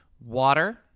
water